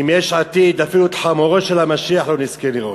עם יש עתיד אפילו את חמורו של המשיח לא נזכה לראות.